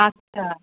আচ্ছা